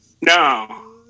No